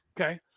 okay